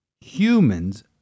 humans